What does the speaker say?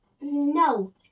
no